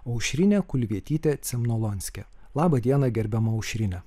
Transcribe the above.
aušrinė kulvietytė cemnolonskė laba diena gerbiama aušrine